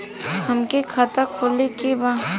हमके खाता खोले के बा?